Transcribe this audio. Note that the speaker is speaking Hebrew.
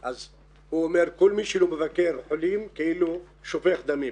ואז הוא אמר: כל מי שלא מבקר חולים כאילו שופך דמים.